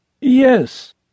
Yes